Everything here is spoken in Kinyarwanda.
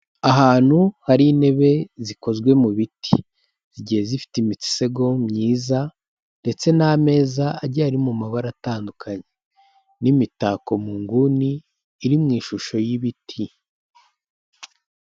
Ahantu hari intebe zikozwe mu biti. Zigiye zifite imisego myiza ndetse n'ameza agiye ari mu mabara atandukanye n'imitako mu nguni iri mu ishusho y'ibiti.